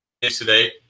today